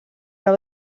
grau